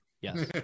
Yes